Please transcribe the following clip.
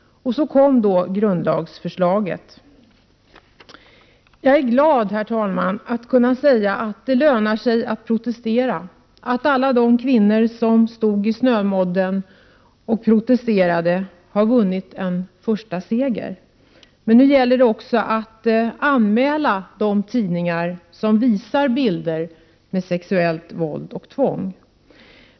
Så kom då grundlagsförslaget. Herr talman! Jag är glad att kunna säga att det lönar sig att protestera, att alla de kvinnor som stod i snömodden och protesterade har vunnit en första seger. Men nu gäller det också att anmäla de tidningar som visar bilder med sexuellt våld och tvång.